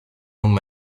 longue